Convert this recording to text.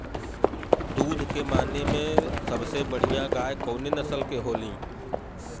दुध के माने मे सबसे बढ़ियां गाय कवने नस्ल के होली?